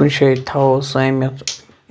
کُنہِ جایہِ تھاوو سٲمِتھ